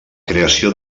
creació